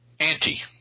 Anti